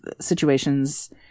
situations